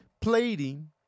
plating